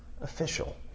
official